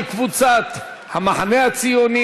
של חברי הכנסת זוהיר בהלול,